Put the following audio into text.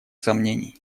сомнений